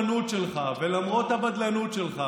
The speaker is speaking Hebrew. ולמרות הלאומנות שלך ולמרות הבדלנות שלך